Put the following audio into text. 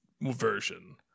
version